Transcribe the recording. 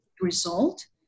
result